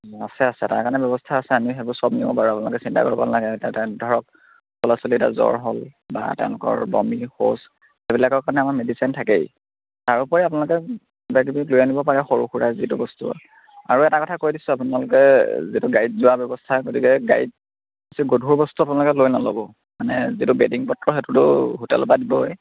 আছে আছে তাৰ কাৰণে ব্যৱস্থা আছে আমি সেইবোৰ চব নিও বাৰু আপোনোকে চিন্তা কৰিব নেলাগে এতিয়া ধে ধৰক সৰু ল'ৰা ছোৱালী এতিয়া জ্বৰ হ'ল বা তেওঁলোকৰ বমি শৌচ সেইবিলাকৰ কাৰণে আমাৰ মেডিচিন থাকেই তাৰ উপৰি আপোনালোকে কিবাকিবি লৈ আনিব পাৰে সৰু সুৰা যিটো বস্তু আৰু এটা কথা কৈ দিছোঁ আপোনালোকে যিহেতু গাড়ীত যোৱা ব্যৱস্থা গতিকে গাড়ীত বেছি গধুৰ বস্তু আপোনালোকে লৈ নল'ব মানে যিটো বেডিং পত্ৰ সেইটোতো হোটেলৰ পৰা দিবই